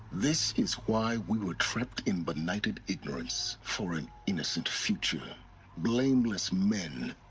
this is why we were trapped in benighted ignorance. for an innocent future blameless men.